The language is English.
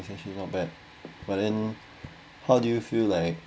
is actually not bad but then how do you feel like